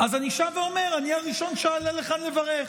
אני שב ואומר: אני הראשון שאעלה לכאן לברך,